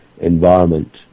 environment